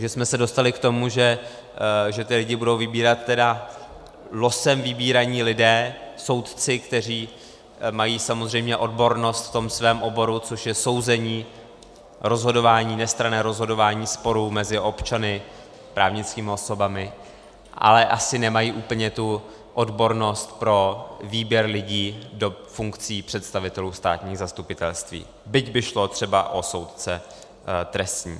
Takže jsme se dostali k tomu, že ty lidi budou vybírat tedy losem vybíraní lidé, soudci, kteří mají samozřejmě odbornost v tom svém oboru, což je souzení a rozhodování, nestranné rozhodování sporů mezi občany, právnickými osobami, ale asi nemají úplně tu odbornost pro výběr lidí do funkcí představitelů státních zastupitelství, byť by šlo třeba o soudce trestní.